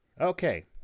okay